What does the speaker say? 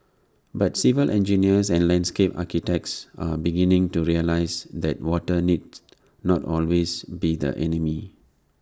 but civil engineers and landscape architects are beginning to realise that water needs not always be the enemy